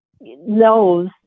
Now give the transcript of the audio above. knows